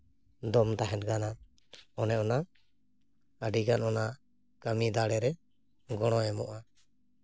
ᱫᱚᱢ ᱛᱟᱦᱮᱱ ᱠᱟᱱᱟ ᱚᱱᱮ ᱚᱱᱟ ᱟᱹᱰᱤᱜᱟᱱ ᱚᱱᱟ ᱠᱟᱹᱢᱤ ᱫᱟᱲᱮᱨᱮ ᱜᱚᱲᱚᱭ ᱮᱢᱚᱜᱼᱟ